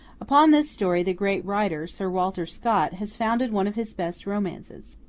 upon this story, the great writer, sir walter scott, has founded one of his best romances.